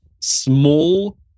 small